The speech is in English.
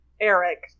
Eric